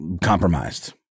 compromised